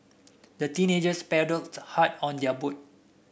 the teenagers paddled hard on their boat